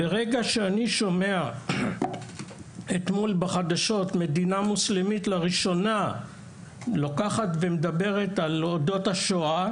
ברגע שאני שומע אתמול בחדשות מדינה מוסלמית לראשונה ומדברת על השואה